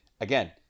again